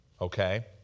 okay